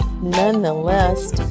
Nonetheless